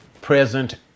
present